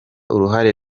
uruhare